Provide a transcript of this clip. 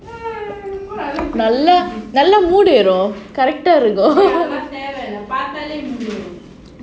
நல்லா நல்லா:nalla nalla mood ஏறும்:erum character அதெல்லாம் தேவையில்ல பார்த்தாலே:adhelaam thevailla parthale mood ஏறும்:erum